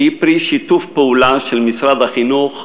שהיא פרי שיתוף פעולה של משרד החינוך,